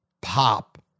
pop